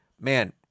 man